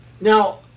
Now